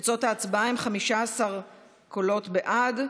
תוצאות ההצבעה הן: 15 קולות בעד,